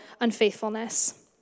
unfaithfulness